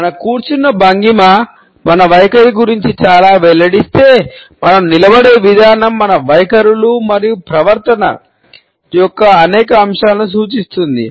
మన కూర్చున్న భంగిమ మన వైఖరి గురించి చాలా వెల్లడిస్తే మనం నిలబడే విధానం మన వైఖరులు మరియు ప్రవర్తన యొక్క అనేక అంశాలను సూచిస్తుంది